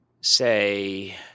say